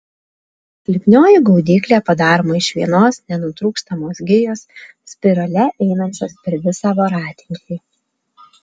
lipnioji gaudyklė padaroma iš vienos nenutrūkstamos gijos spirale einančios per visą voratinklį